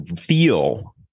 feel